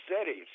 cities